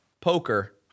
poker